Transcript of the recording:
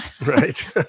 right